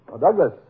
Douglas